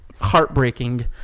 heartbreaking